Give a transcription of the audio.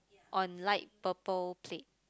on light purple plate